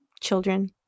children